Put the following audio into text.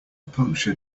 puncture